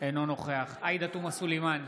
אינו נוכח עאידה תומא סלימאן,